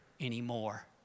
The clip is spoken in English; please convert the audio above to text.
anymore